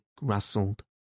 rustled